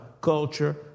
culture